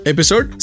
Episode